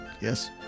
Yes